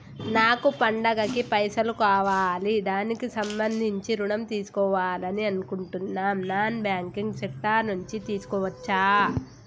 నాకు పండగ కి పైసలు కావాలి దానికి సంబంధించి ఋణం తీసుకోవాలని అనుకుంటున్నం నాన్ బ్యాంకింగ్ సెక్టార్ నుంచి తీసుకోవచ్చా?